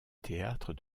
théâtre